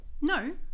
no